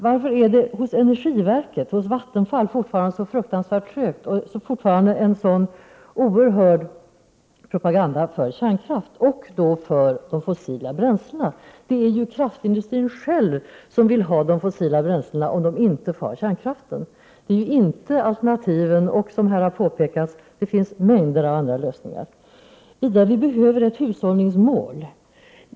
Varför går det hos energiverket och Vattenfall fortfarande så fruktansvärt trögt? Och varför förs det där fortfarande en så oerhörd propaganda för kärnkraften och för de fossila bränslena? Det är ju kraftindustrin själv som vill ha de fossila bränslena, om de inte får ha kvar kärnkraften. Det finns ju, som här har påpekats, mängder av alternativ och andra lösningar. Vidare behöver vi ett hushållningsmål.